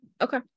okay